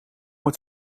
het